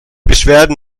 beschwerden